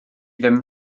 ddim